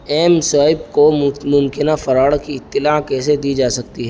M swipe کو ممکنہ fraud کی اطلاع کیسے دی جا سکتی ہے